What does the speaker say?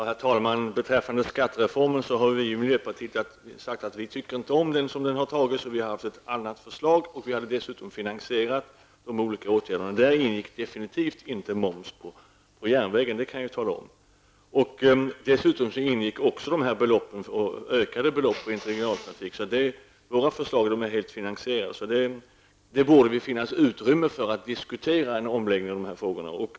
Herr talman! Beträffande skattereformen har vi i miljöpartiet sagt att vi inte tycker om den så som den har antagits. Vi hade ett annat förslag. Vi hade dessutom finansierat de olika åtgärderna. Där ingick definitivt inte moms på järnvägstrafiken, det kan jag tala om. Däremot ingick ökade belopp till interregional trafik. Våra förslag är helt finansierade. Det borde finnas utrymme för att diskutera en omläggning i dessa frågor.